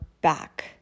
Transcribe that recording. back